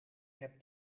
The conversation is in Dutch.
heb